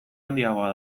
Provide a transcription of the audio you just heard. handiagoa